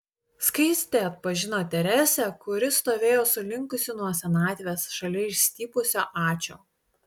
skaistė atpažino teresę kuri stovėjo sulinkusi nuo senatvės šalia išstypusio ačio